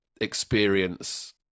experience